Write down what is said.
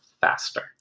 faster